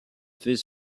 fait